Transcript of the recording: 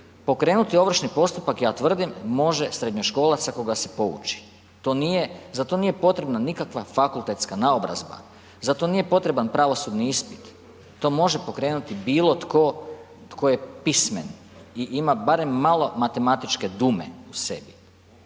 Pokrenuti ovršni postupak, ja tvrdim, može srednjoškolac ako ga se pouči. To nije, za to nije potrebna nikakva fakultetska naobrazba, za to nije potreban pravosudni ispit, to može pokrenuti bilo tko tko je pismen i ima barem malo matematičke dume u sebi